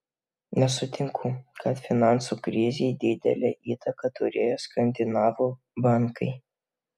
nesutinku kad finansų krizei didelę įtaką turėjo skandinavų bankai